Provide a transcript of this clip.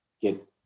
get